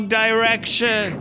direction